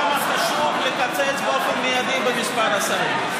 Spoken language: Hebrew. כמה חשוב לטפל באופן מיידי במספר השרים.